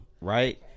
right